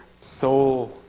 soul